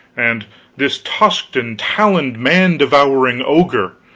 and this tusked and taloned man-devouring ogre,